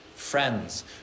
Friends